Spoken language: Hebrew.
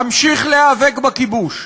אמשיך להיאבק בכיבוש.